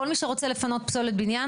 כל מי שרוצה לפנות פסולת בניין